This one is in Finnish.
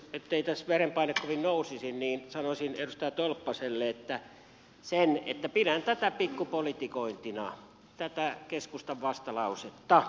ettei tässä verenpaine kovin nousisi sanoisin edustaja tolppaselle sen että pidän tätä keskustan vastalausetta pikkupolitikointina